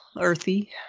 earthy